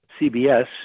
CBS